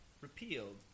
repealed